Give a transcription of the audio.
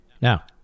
Now